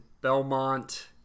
Belmont